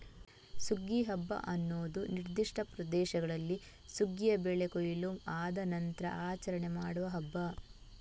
ಸುಗ್ಗಿ ಹಬ್ಬ ಅನ್ನುದು ನಿರ್ದಿಷ್ಟ ಪ್ರದೇಶಗಳಲ್ಲಿ ಸುಗ್ಗಿಯ ಬೆಳೆ ಕೊಯ್ಲು ಆದ ನಂತ್ರ ಆಚರಣೆ ಮಾಡುವ ಹಬ್ಬ